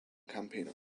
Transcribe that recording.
campaigner